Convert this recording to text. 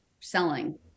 selling